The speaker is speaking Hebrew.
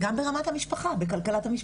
הליך שהוא גם הליך פוגעני בריאותית עבור